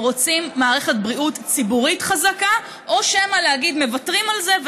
רוצים מערכת בריאות ציבורית חזקה או שמא להגיד שמוותרים על זה,